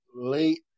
Late